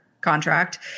contract